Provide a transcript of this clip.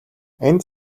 энд